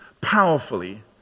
powerfully